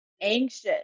anxious